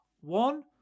one